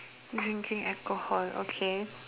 drinking alcohol okay